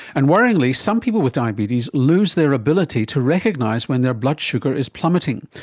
and worryingly, some people with diabetes lose their ability to recognise when their blood sugar is plummeting.